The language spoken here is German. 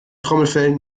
trommelfell